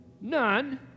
None